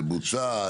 בוצע,